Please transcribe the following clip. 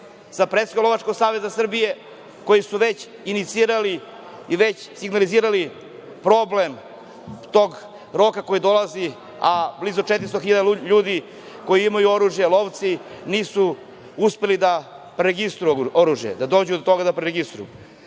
sa predsednikom Lovačkog saveza Srbije, koji su već inicirali i već signalizirali problem tog roka koji dolazi, a blizu 400.000 ljudi koji imaju oružje, lovci, nisu uspeli da preregistruju oružje, da dođu do toga da preregistruju. Znači,